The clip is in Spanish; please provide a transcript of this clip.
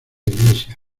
iglesia